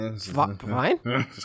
fine